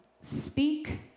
speak